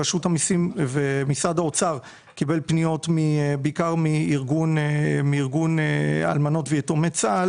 רשות המיסים ומשרד האוצר פניות בעיקר מארגון אלמנות ויתומי צה"ל